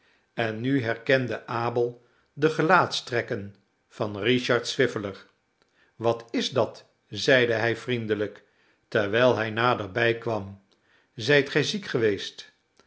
en nu herkende abel de gelaatstrekken van richard swiveller wat is dat zeide hij vriendelijk terwijl hij naderbij kwam zijt gij ziek geweest